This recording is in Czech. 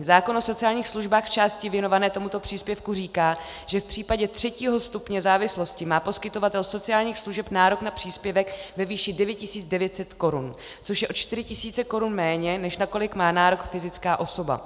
Zákon o sociálních službách v části věnované tomuto příspěvku říká, že v případě třetího stupně závislosti má poskytovatel sociálních služeb nárok na příspěvek ve výši 9 900 korun, což je o 4 000 korun méně, než na kolik má nárok fyzická osoba.